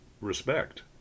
respect